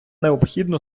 необхідно